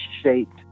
shaped